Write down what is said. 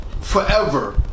forever